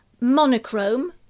monochrome